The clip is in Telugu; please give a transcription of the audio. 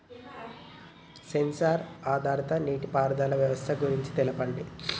సెన్సార్ ఆధారిత నీటిపారుదల వ్యవస్థ గురించి తెల్పండి?